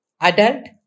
adult